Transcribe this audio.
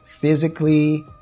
physically